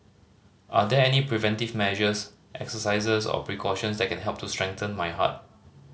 are there any preventive measures exercises or precautions that can help to strengthen my heart